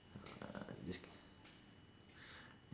this